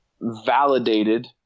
validated